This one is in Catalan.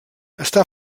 està